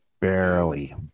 Barely